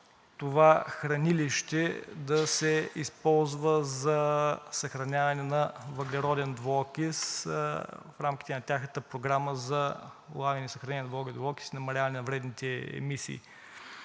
това хранилище да се използва за съхраняване на въглероден двуокис в рамките на тяхната програма за улавяне и съхранение на въглероден двуокис и намаляване на вредните емисии.